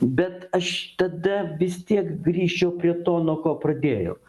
bet aš tada vis tiek grįžčiau prie to nuo ko pradėjau